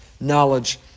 knowledge